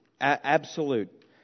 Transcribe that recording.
Absolute